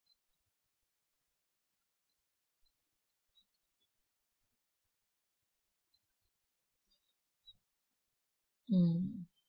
mm